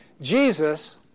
Jesus